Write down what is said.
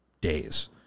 days